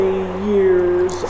years